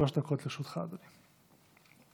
שלוש דקות לרשותך, אדוני.